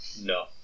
No